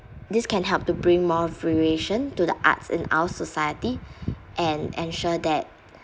this can help to bring more variation to the arts in our society and ensure that